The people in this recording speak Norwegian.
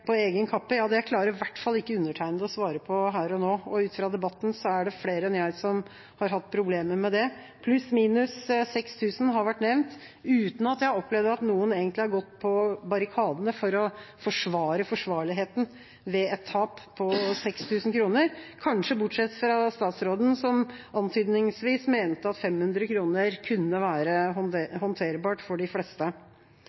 på egen kappe? Ja, det klarer i hvert fall ikke undertegnede å svare på her og nå, og ut fra debatten er det flere enn meg som har hatt problemer med det. Pluss/minus 6 000 kr har vært nevnt, uten at jeg har opplevd at noen egentlig har gått på barrikadene for å forsvare forsvarligheten ved et tap på 6 000 kr – kanskje bortsett fra statsråden, som antydningsvis mente at 500 kr kunne være håndterbart for de fleste.